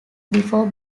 before